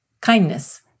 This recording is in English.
kindness